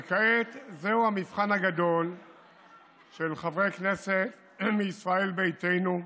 וכעת זהו המבחן הגדול של חברי כנסת מישראל ביתנו,